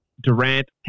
Durant